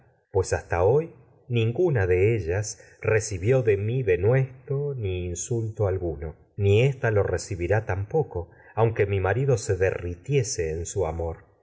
pues hasta ninguna de ellas recibió de mi denuesto ni insulto algu no ni ésta lo recibirá tampoco aunque me mi marido se derritiese en su amor